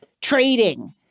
trading